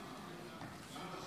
לרשותך עשר